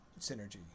synergy